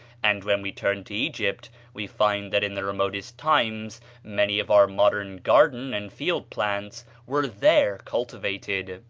and when we turn to egypt we find that in the remotest times many of our modern garden and field plants were there cultivated.